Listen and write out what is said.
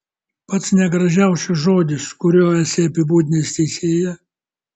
pats negražiausias žodis kuriuo esi apibūdinęs teisėją